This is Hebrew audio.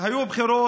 היו בחירות.